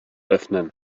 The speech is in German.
öffnen